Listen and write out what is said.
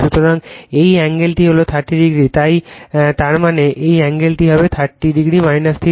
সুতরাং এই এ্যাঙ্গেলটি হলো 30o তাই তার মানে এই এ্যাঙ্গেলটি হবে 30o θ